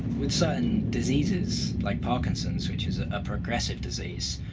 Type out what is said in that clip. with certain diseases, like parkinson's, which is a progressive disease.